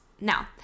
Now